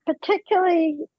particularly